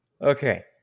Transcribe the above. okay